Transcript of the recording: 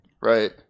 Right